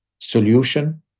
solution